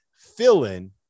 fill-in